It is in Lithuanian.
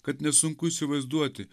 kad nesunku įsivaizduoti